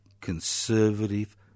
conservative